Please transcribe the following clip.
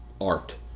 art